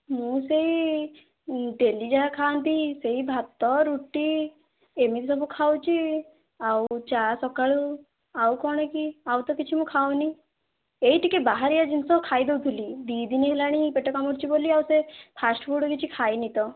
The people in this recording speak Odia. ମୁଁ ସେଇ ଡ଼େଲି ଯାହା ଖାଆନ୍ତି ସେଇ ଭାତ ରୁଟି ଏମିତି ସବୁ ଖାଉଛି ଆଉ ଚା ସକାଳୁ ଆଉ କ'ଣ କି ଆଉ ତ କିଛି ମୁଁ ଖାଉନି ଏଇ ଟିକେ ବାହାରିଆ ଜିନିଷ ଖାଇ ଦେଉଥିଲି ଦୁଇ ଦିନି ହେଲାଣି ପେଟ କାମୁଡ଼ୁଛି ବୋଲି ଆଉ ସେ ଫାଷ୍ଟ୍ ଫୁଡ଼୍ କିଛି ଖାଇନି ତ